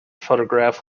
photograph